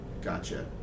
Gotcha